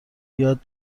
یاد